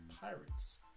Pirates